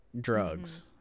drugs